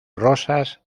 rosas